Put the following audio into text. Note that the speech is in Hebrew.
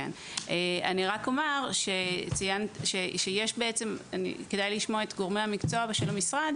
כדאי לשמוע מגורמי המקצוע של המשרד,